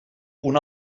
una